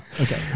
Okay